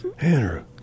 Andrew